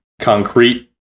concrete